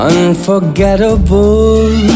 Unforgettable